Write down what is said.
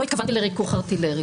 לא התכוונתי לריכוך ארטילרי.